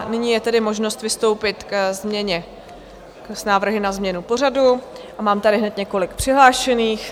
Nyní je tedy možnost vystoupit s návrhy na změnu pořadu, mám tady hned několik přihlášených.